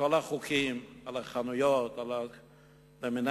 שכל החוקים על החנויות למיניהן,